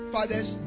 Father's